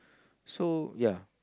so ya